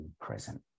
present